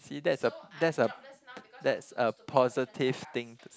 see that's a that's a that's a positive thing